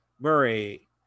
Murray